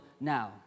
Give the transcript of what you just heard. now